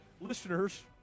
listeners